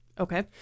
Okay